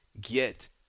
get